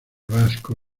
vasco